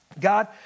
God